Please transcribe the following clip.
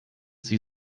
sie